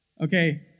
Okay